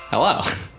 Hello